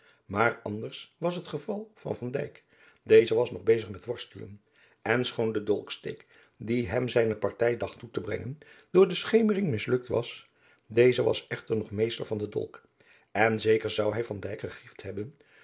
maar anders was het geval van van dijk deze was nog bezig met worstelen en schoon de dolksteek dien hem zijne partij dacht toe te brengen door de schemering mislukt was deze was echter nog meester van den dolk en zeker zou hij van dijk gegriefd hebben